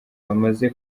bamaze